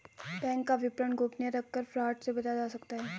bank का विवरण गोपनीय रखकर फ्रॉड से बचा जा सकता है